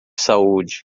saúde